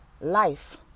life